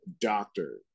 doctor